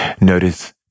Notice